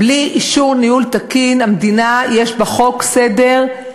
בלי אישור ניהול תקין, המדינה, יש בה חוק, סדר,